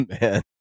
man